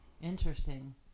Interesting